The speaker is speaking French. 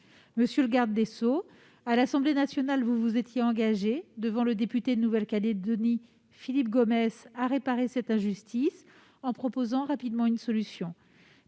Monsieur le garde des sceaux, à l'Assemblée nationale, vous vous étiez engagé devant le député de Nouvelle-Calédonie Philippe Gomès à réparer cette injustice en proposant rapidement une solution.